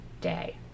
day